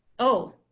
oh,